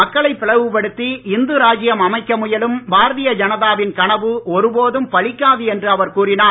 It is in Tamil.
மக்களை பிளவுபடுத்தி இந்து ராஜ்யம் அமைக்க முயலும் பாரதீய ஜனதாவின் கனவு ஒருபோதும் பலிக்காது என்று அவர் கூறினார்